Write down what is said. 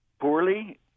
poorly